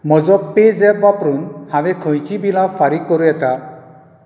म्हजो पेझॅप वापरून हांवें खंयचीं बिलां फारीक करूं येता